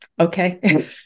okay